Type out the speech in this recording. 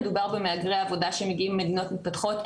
מדובר במהגרי עבודה שמגיעים ממדינות מתפתחות,